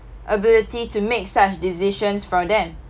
ability to make such decisions for them